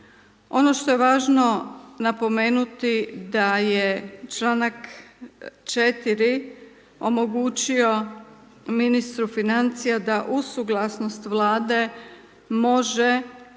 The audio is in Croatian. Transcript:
Ono što je važno napomenuti, da je čl. 4. omogući ministru financija, da uz suglasnost vlade, može